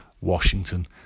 washington